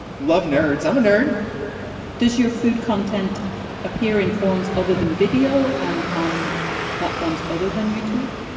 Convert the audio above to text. love nerds. i'm a nerd does your food content appear in forms other than video and on platforms other than youtube?